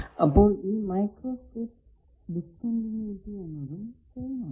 അപ്പോൾ ഈ micro strip discontinuity എന്നതും സെയിം ആണ്